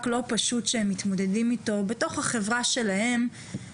לא פשוט שהם מתמודדים איתו בתוך החברה שלהם,